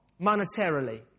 monetarily